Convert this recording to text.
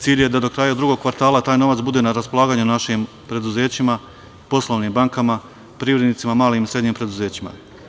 Cilj je da do kraja drugog kvartala taj novac bude na raspolaganju našim preduzećima, poslovnim bankama, privrednicima, malim i srednjim preduzećima.